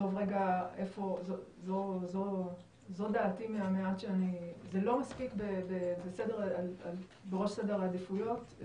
זה לא מספיק בראש סדר העדיפויות.